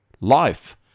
life